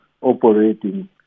operating